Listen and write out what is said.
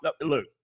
Look